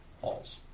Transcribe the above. halls